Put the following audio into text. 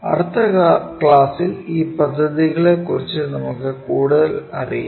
അടുത്ത ക്ലാസ്സിൽ ഈ പദ്ധതികളെക്കുറിച്ച് നമുക്കു കൂടുതൽ അറിയാം